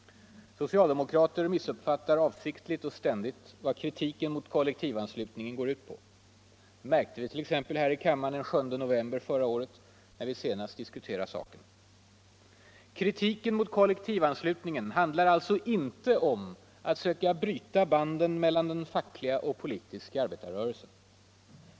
Socialdemokrater missuppfattar avsiktligt och ständigt vad kritiken mot kollektivanslutningen går ut på. Det märkte vit.ex. här i kammaren den 7 november förra året, när vi senast diskuterade saken. Kritiken mot kollektivanslutningen handlar alltså inte om att söka bryta banden mellan den fackliga och politiska arbetarrörelsen.